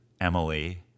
Emily